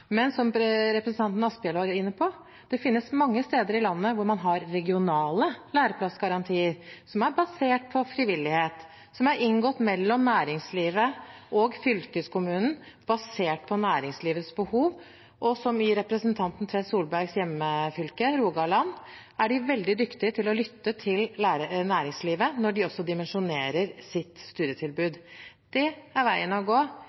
Men som representanten Asphjell var inne på: Det finnes mange steder i landet hvor man har regionale læreplassgarantier, som er basert på frivillighet, og som er inngått mellom næringslivet og fylkeskommunen basert på næringslivets behov. Som i representanten Tvedt Solbergs hjemfylke, Rogaland, der er de veldig dyktige til å lytte til næringslivet når de dimensjonerer sitt studietilbud. Det er veien å gå,